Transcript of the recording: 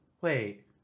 Wait